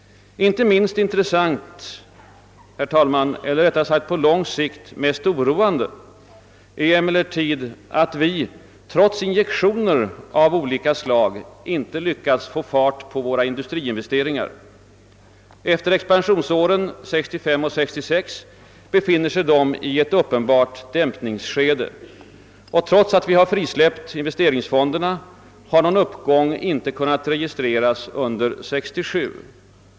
Inte minst intressant, herr talman, eller rättare sagt på lång sikt mest oroande, är emellertid att vi, trots injektioner av olika slag, inte lyckats få fart på våra industriinvesteringar. Efter expansionsåren 1965 och 1966 befinner de sig i ett uppenbart dämpningsskede, och trots att vi har frisläppt investe ringsfonderna har någon uppgång inte kunnat registreras under 1967.